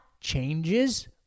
changes